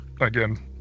again